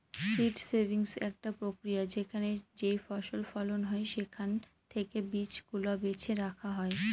seed saving একটা প্রক্রিয়া যেখানে যেইফসল ফলন হয় সেখান থেকে বীজ গুলা বেছে রাখা হয়